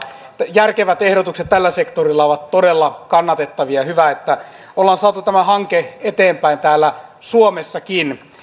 järkevät ehdotukset tällä sektorilla ovat todella kannatettavia hyvä että ollaan saatu tämä hanke eteenpäin täällä suomessakin